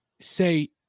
say